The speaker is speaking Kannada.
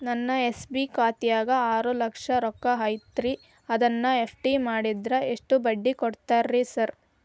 ನನ್ನ ಎಸ್.ಬಿ ಖಾತ್ಯಾಗ ಆರು ಲಕ್ಷ ರೊಕ್ಕ ಐತ್ರಿ ಅದನ್ನ ಎಫ್.ಡಿ ಮಾಡಿದ್ರ ಎಷ್ಟ ಬಡ್ಡಿ ಕೊಡ್ತೇರಿ ಸರ್?